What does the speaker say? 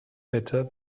better